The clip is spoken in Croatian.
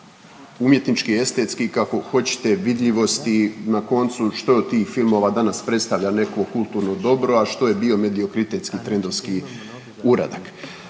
Umjetnički, estetski i kako hoćete vidljivosti na koncu što od tih filmova danas predstavlja neko kulturno dobro, a što je bio mediokritetski, trendovski uradak.